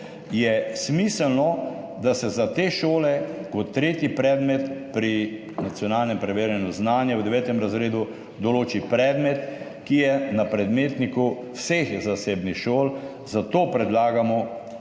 je smiselno, da se za te šole kot tretji predmet pri nacionalnem preverjanju znanja v 9. razredu določi predmet, ki je na predmetniku vseh zasebnih šol, zato predlagamo, da ta